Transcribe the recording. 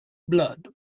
blood